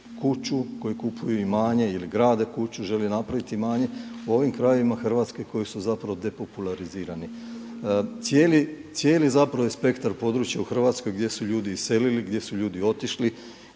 kuću, koji kupuju imanje ili grade kuću, želi napravit imanje u ovim krajevima Hrvatske koji su zapravo depopularizirani. Cijeli zapravo je spektar područja u Hrvatskoj gdje su ljudi iselili, gdje su ljudi otišli,